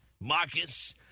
Marcus